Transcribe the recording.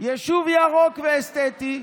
יישוב ירוק ואסתטי.